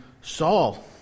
Saul